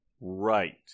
right